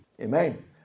Amen